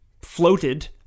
floated